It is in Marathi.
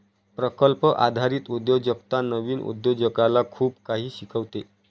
प्रकल्प आधारित उद्योजकता नवीन उद्योजकाला खूप काही शिकवते